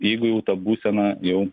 jeigu jau ta būsena jau